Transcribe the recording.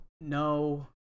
No